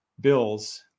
bills